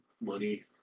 money